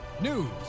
news